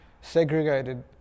segregated